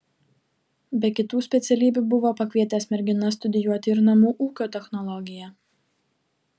be kitų specialybių buvo pakvietęs merginas studijuoti ir namų ūkio technologiją